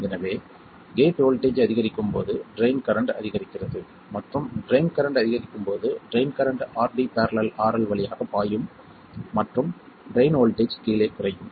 எனவே gate voltage அதிகரிக்கும் போது ட்ரைன் கரண்ட் அதிகரிக்கிறது மற்றும் ட்ரைன் கரண்ட் அதிகரிக்கும் போது drain current RD parallel RL வழியாக பாயும் மற்றும் ட்ரைன் வோல்ட்டேஜ் கீழே குறையும்